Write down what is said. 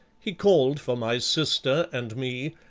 he called for my sister and me,